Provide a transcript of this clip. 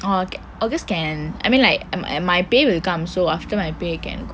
orh ok august can I mean like my pay will come so after august can